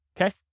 okay